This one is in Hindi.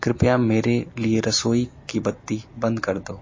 कृपया मेरे लिए रसोई की बत्ती बंद कर दो